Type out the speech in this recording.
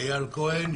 אני אייל כהן,